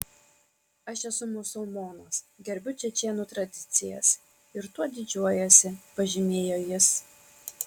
aš esu musulmonas gerbiu čečėnų tradicijas ir tuo didžiuojuosi pažymėjo jis